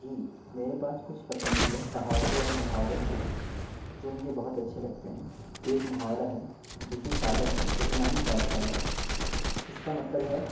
جی میرے پاس کچھ پسندیدہ کہاوتیں اور محاورے ہیں جو مجھے بہت اچھے لگتے ہیں ایک محاورہ ہے جتنی چادر ہے اتنا ہی پیر پھیلاؤ اس کا مطلب ہے